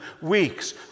weeks